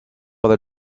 other